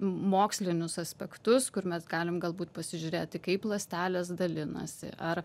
mokslinius aspektus kur mes galim galbūt pasižiūrėti kaip ląstelės dalinasi ar